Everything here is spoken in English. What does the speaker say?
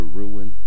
ruin